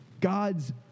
God's